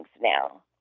now